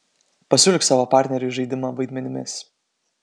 pasiūlyk savo partneriui žaidimą vaidmenimis